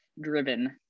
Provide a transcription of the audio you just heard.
driven